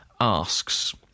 asks